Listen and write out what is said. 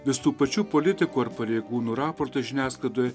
vis tų pačių politikų ar pareigūnų raportas žiniasklaidoje